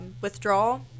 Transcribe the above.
withdrawal